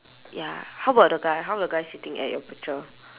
ya how about the guy how about the guy sitting at your picture